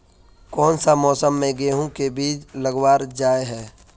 कोन सा मौसम में गेंहू के बीज लगावल जाय है